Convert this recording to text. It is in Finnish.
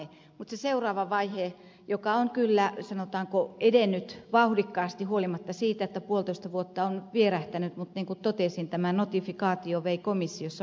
mutta se seuraava vaihe on kyllä sanotaanko edennyt vauhdikkaasti huolimatta siitä että puolitoista vuotta on vierähtänyt mutta niin kuin totesin tämän notifikaatio vei komissiossa vuoden